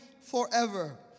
forever